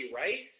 right